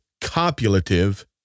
copulative